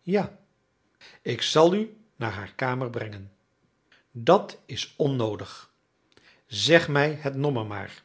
ja ik zal u naar haar kamer brengen dat is onnoodig zeg mij het nommer maar